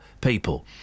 people